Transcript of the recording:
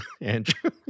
Andrew